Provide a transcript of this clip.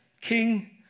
King